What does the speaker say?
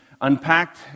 unpacked